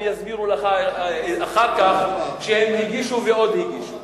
הם יסבירו לך אחר כך שהם הגישו ועוד הגישו.